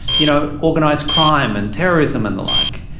you know, organised crime and terrorism and the like.